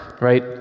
right